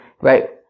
right